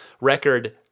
record